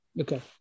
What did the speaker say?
Okay